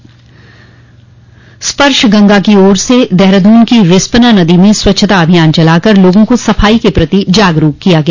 स्वच्छता स्पर्श गंगा की ओर से देहरादून की रिस्पना नदी में स्वच्छता अभियान चलाकर लोगों को सफाई के प्रति जागरूक किया गया